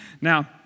Now